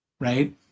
right